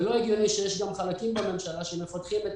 לא הגיוני שיש חלקים בממשלה שמפתחים את